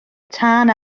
tân